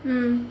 um